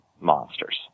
monsters